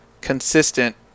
consistent